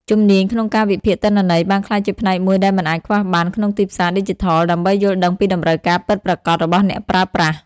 ជំនាញក្នុងការវិភាគទិន្នន័យ បានក្លាយជាផ្នែកមួយដែលមិនអាចខ្វះបានក្នុងទីផ្សារឌីជីថល ដើម្បីយល់ដឹងពីតម្រូវការពិតប្រាកដរបស់អ្នកប្រើប្រាស់។